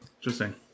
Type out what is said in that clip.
Interesting